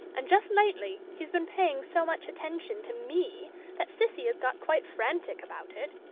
and just lately he's been paying so much attention to me that cissy has got quite frantic about it.